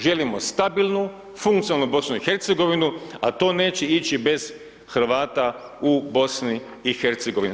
Želimo stabilnu, funkcionalnu BiH a to neće ići bez Hrvata u BiH-u.